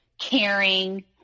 caring